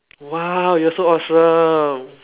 !wah! you're so awesome